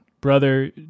brother